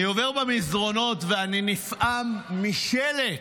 אני עובר במסדרונות ואני נפעם משלט: